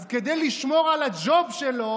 אז כדי לשמור על הג'וב שלו